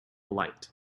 light